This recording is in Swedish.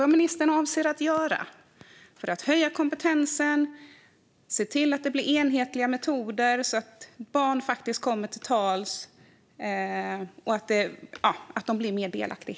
Vad avser ministern att göra för att höja kompetensen, se till att det tas fram enhetliga metoder så att barn kan komma till tals och bli mer delaktiga?